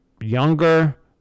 younger